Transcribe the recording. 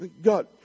God